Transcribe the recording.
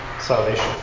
salvation